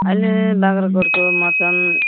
अहिले बाग्राकोटको मौसम